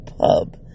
pub